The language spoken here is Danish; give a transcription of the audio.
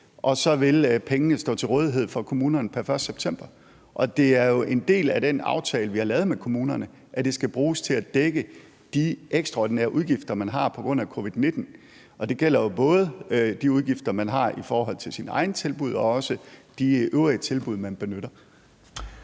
og så vil pengene stå til rådighed for kommunerne pr. 1. september. Og det er jo en del af den aftale, vi har lavet med kommunerne, at de skal bruges til at dække de ekstraordinære udgifter, man har, på grund af covid-19 – og det gælder jo både de udgifter, man har i forhold til sine egne tilbud, og udgifterne til de øvrige tilbud, man benytter.